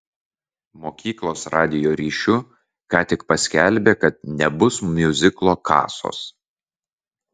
mokyklos radijo ryšiu ką tik paskelbė kad nebus miuziklo kasos